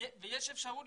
ויש אפשרות